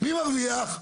מי מרוויח?